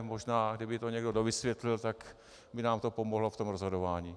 Možná kdyby to někdo dovysvětlil, tak by nám to pomohlo v rozhodování.